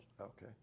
Okay